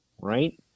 right